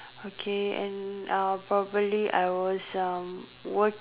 okay and uh probably I was uh work~